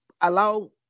allow